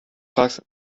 fragst